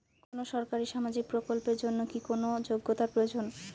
কোনো সরকারি সামাজিক প্রকল্পের জন্য কি কোনো যোগ্যতার প্রয়োজন?